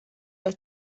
dass